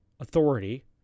authority